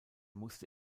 musste